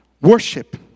worship